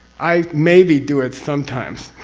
i maybe do it sometimes.